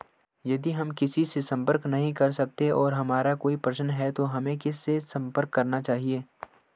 यदि हम किसी से संपर्क नहीं कर सकते हैं और हमारा कोई प्रश्न है तो हमें किससे संपर्क करना चाहिए?